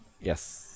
yes